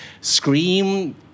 scream